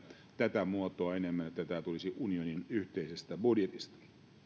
tätä muotoa että tämä tulisi unionin yhteisestä budjetista